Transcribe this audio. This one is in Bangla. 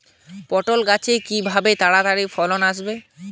পটল গাছে কিভাবে তাড়াতাড়ি ফলন আসবে?